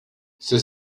c’est